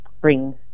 bring